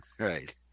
Right